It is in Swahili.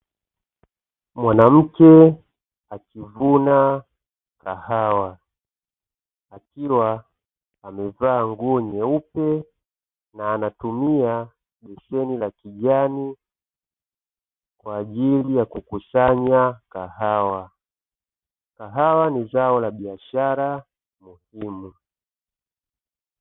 Mwanamke akivuna kahawa akiwa amevaa nguo nyeupe na anatumia beseni la kijani kwa ajili ya kukusanya kahawa. Kahawa ni zao la biashara muhimu.